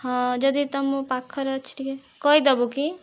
ହଁ ଯଦି ତମ ପାଖରେ ଅଛି ଟିକେ କହିଦେବୁ କି